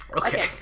Okay